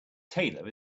tailor